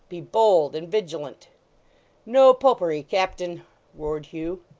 be bold and vigilant no popery, captain roared hugh.